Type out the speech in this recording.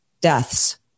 deaths